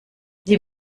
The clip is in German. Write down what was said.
die